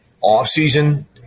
off-season